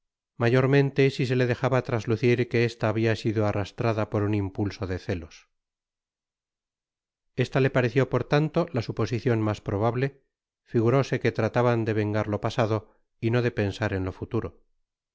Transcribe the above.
mayormente si se le dejaba traslucir que esta habia sido arrastrada por un impulso de celos esta le pareció por tanto la suposicion mas probable figuróse que trataban de vengar lo pasado y no de pensar en lo futuro